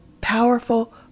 powerful